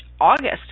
August